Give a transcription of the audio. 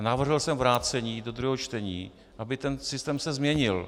Navrhl jsem vrácení do druhého čtení, aby se ten systém změnil.